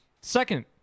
Second